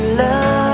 love